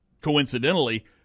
coincidentally